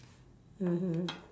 mmhmm